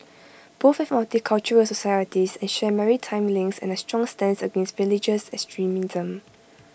both have multicultural societies and share maritime links and A strong stance against religious extremism